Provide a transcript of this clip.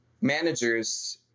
Managers